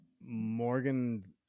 Morgan